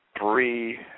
three